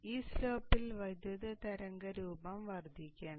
അതിനാൽ ഈ സ്ലോപ്പിൽ വൈദ്യുത തരംഗരൂപം വർദ്ധിക്കണം